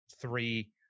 three